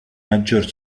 maggiore